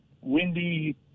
windy